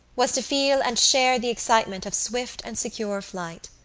was to feel and share the excitement of swift and secure flight.